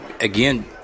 Again